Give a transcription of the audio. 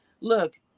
look